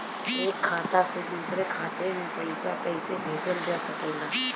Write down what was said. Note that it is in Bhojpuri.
एक खाता से दूसरे खाता मे पइसा कईसे भेजल जा सकेला?